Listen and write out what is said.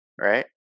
right